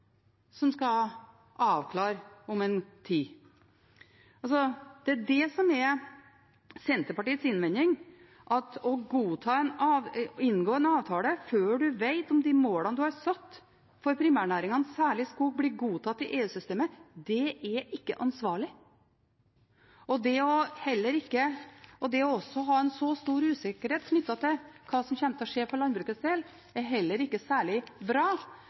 som skal avklare dette om en tid. Det er det som er Senterpartiets innvending: Å inngå en avtale før en vet om de målene en har satt for primærnæringene – særlig skog – blir godtatt i EU-systemet, er ikke ansvarlig. Det å ha så stor usikkerhet knyttet til hva som kommer til å skje for landbrukets del, er heller ikke særlig bra